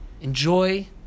enjoy